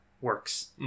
works